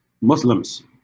Muslims